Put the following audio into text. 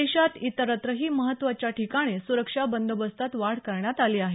देशात इतरत्रही महत्त्वाच्या ठिकाणी सुरक्षा बंदोबस्तात वाढ करण्यात आली आहे